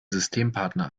systempartner